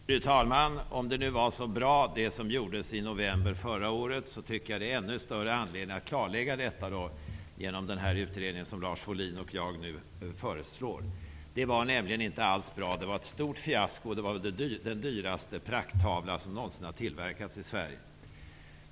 Fru talman! Om det som gjordes i november förra året nu var så bra tycker jag att det finns ännu större anledning att klarlägga detta genom den utredning som Lars Wohlin och jag föreslår. Det som gjordes var nämligen inte alls bra. Det var i stället ett stort fiasko och den dyraste prakttavla som någonsin tillverkats i Sverige.